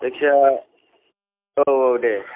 जायखिजाया औ औ दे